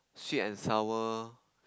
sweet and sour